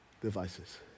devices